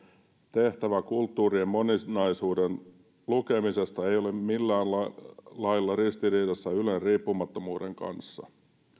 tehtävä kulttuurien moninaisuuden tukemisesta ei ole milläänlailla ristiriidassa ylen riippumattomuuden kanssa